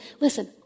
Listen